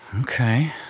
Okay